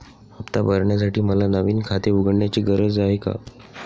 हफ्ता भरण्यासाठी मला नवीन खाते उघडण्याची गरज आहे का?